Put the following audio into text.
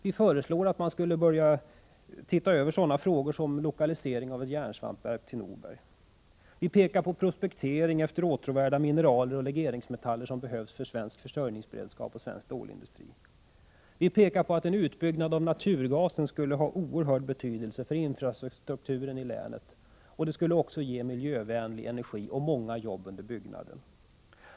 Jag föreslår att man skulle börja studera frågor som lokalisering av ett järnsvampverk till Norberg och en ökad prospektering efter åtråvärda mineraler och legeringsmetaller som behövs för svensk försörjningsberedskap och svensk stålindustri. Vidare framhålls att en utbyggnad av naturgasen skulle få en oerhörd betydelse för infrastrukturen i länet. Den skulle också ge miljövänlig energi och många jobb under uppbyggnadsskedet.